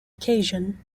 occasion